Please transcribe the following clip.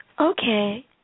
Okay